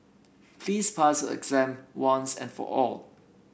please pass a exam once and for all